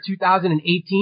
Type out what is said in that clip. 2018